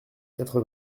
quatre